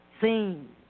seen